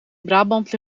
brabant